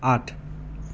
आठ